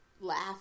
Laugh